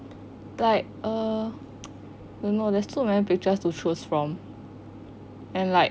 like uh don't know there's so many pictures to choose from and like